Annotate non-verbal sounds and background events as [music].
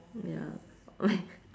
ya [laughs]